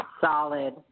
Solid